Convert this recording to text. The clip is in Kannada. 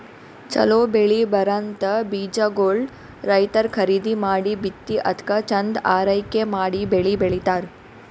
ಛಲೋ ಬೆಳಿ ಬರಂಥ ಬೀಜಾಗೋಳ್ ರೈತರ್ ಖರೀದಿ ಮಾಡಿ ಬಿತ್ತಿ ಅದ್ಕ ಚಂದ್ ಆರೈಕೆ ಮಾಡಿ ಬೆಳಿ ಬೆಳಿತಾರ್